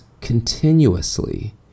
continuously